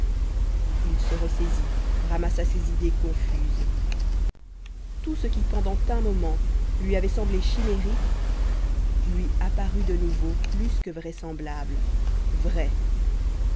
il se ressaisit ramassa ses idées confuses tout ce qui pendant un moment lui avait semblé chimérique lui apparut de nouveau plus que vraisemblable vrai